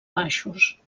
baixos